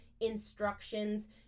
instructions